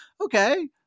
okay